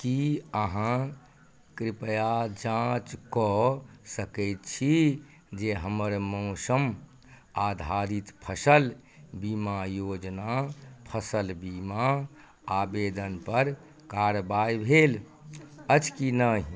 की अहाँ कृपया जाँच कऽ सकैत छी जे हमर मौसम आधारित फसल बीमा योजना फसल बीमा आवेदन पर कारवाइ भेल अछि की नहि